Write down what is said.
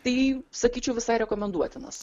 tai sakyčiau visai rekomenduotinas